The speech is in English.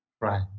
Right